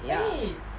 ya